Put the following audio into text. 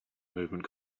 movement